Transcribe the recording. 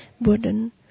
burden